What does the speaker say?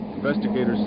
Investigators